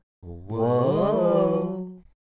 Whoa